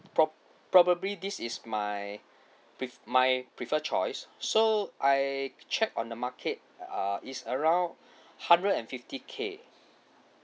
prob~ probably this is my pre~ my preferred choice so I check on the market uh is around hundred and fifty K